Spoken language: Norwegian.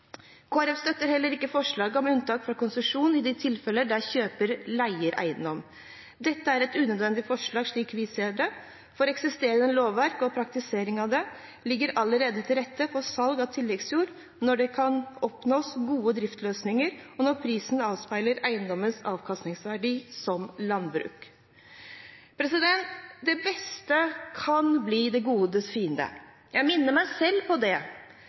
Folkeparti støtter heller ikke forslaget om unntak for konsesjon i de tilfeller der kjøper leier eiendom. Dette er et unødvendig forslag, slik vi ser det, for eksisterende lovverk og praktisering av det legger allerede til rette for salg av tilleggsjord når det kan oppnås gode driftsløsninger, og når prisen avspeiler eiendommenes avkastningsverdi, drevet som landbruk. Det beste kan bli det godes fiende. Jeg minner meg selv på det,